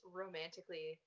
romantically